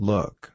Look